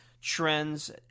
trends